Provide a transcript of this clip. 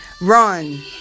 run